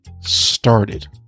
started